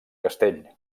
castell